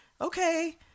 Okay